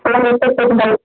थोड़ा बहुत तो